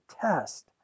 test